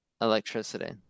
electricity